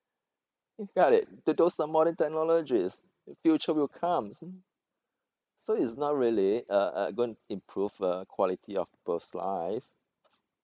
you've got it those uh modern technologies future will come so it's not really uh uh going to improve the quality of people's life